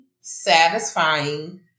satisfying